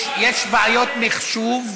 יש בעיות מחשוב.